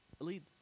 Elite